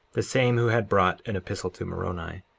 the same who had brought an epistle to moroni.